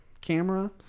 camera